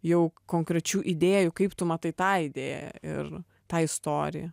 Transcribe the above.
jau konkrečių idėjų kaip tu matai tą idėją ir tą istoriją